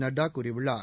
நட்டா கூறியுள்ளார்